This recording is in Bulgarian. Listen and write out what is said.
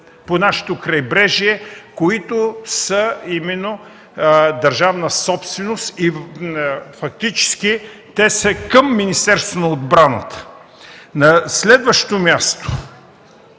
по нашето крайбрежие, които са държавна собственост и фактически са към Министерството на отбраната. На следващо място,